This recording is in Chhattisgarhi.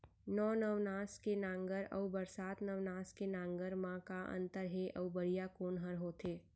नौ नवनास के नांगर अऊ बरसात नवनास के नांगर मा का अन्तर हे अऊ बढ़िया कोन हर होथे?